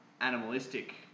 animalistic